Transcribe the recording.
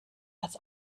als